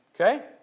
Okay